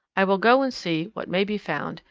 i will go and see what may be found,